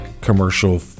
commercial